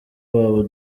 wabo